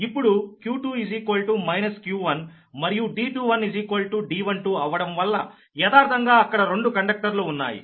ఇప్పుడు q2 q1 మరియు D21 D12 అవ్వడం వల్ల యదార్ధంగా అక్కడ రెండు కండక్టర్ లు ఉన్నాయి